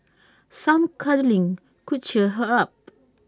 some cuddling could cheer her up